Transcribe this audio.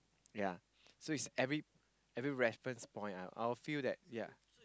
ya so is every every reference point ah I will feel that ya